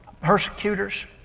persecutors